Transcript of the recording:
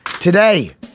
today